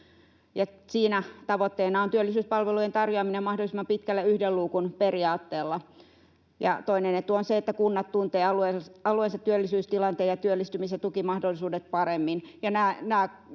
Siinä tavoitteena on työllisyyspalvelujen tarjoaminen mahdollisimman pitkälle yhden luukun periaatteella, ja toinen etu on se, että kunnat tuntevat alueensa työllisyystilanteen ja työllistymisen tukimahdollisuudet paremmin.